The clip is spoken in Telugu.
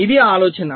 ఇది ఆలోచన